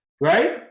right